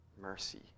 mercy